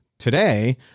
today